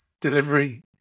delivery